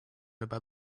about